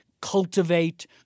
cultivate